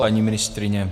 Paní ministryně?